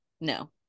No